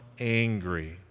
angry